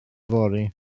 fory